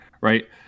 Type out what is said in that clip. right